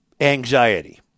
anxiety